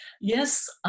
Yes